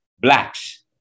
blacks